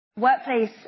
Workplace